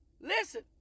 Listen